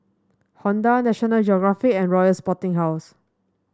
Honda National Geographic and Royal Sporting House